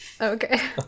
Okay